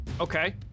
Okay